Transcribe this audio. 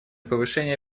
повышения